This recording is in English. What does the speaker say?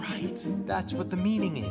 right that's what the meaning